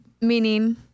Meaning